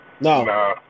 No